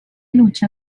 lucha